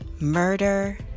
murder